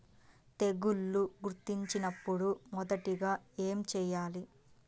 తెగుళ్లు గుర్తించినపుడు మొదటిగా ఏమి చేయాలి?